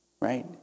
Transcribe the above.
Right